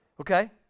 Okay